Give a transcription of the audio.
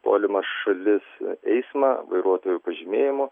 tolimas šalis eismą vairuotojų pažymėjimų